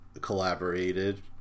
collaborated